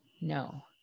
no